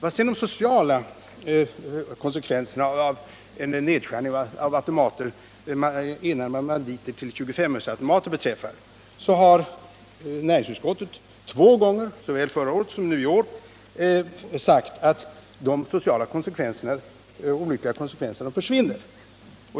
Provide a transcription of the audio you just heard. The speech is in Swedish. Vad sedan de sociala konsekvenserna av en omvandling av enarmade banditer till 2S-öresautomater beträffar har näringsutskottet två gånger — såväl förra året som i år — uttalat att de olika sociala betänkligheterna försvinner.